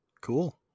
Cool